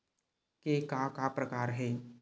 के का का प्रकार हे?